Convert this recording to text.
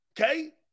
Okay